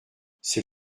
c’est